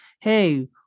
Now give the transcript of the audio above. hey